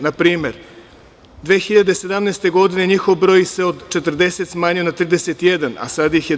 Na primer 2017. godine njihov broj se od 40 smanjio na 31, a sada ih je 21.